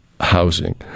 housing